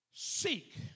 Seek